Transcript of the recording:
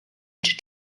into